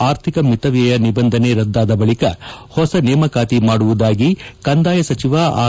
ಆರ್ಥಿಕ ಮಿತವ್ಚಯ ನಿಬಂಧನೆ ರದ್ದಾದ ಬಳಿಕ ಹೊಸ ನೇಮಕಾತಿ ಮಾಡುವುದಾಗಿ ಕಂದಾಯ ಸಚಿವ ಆರ್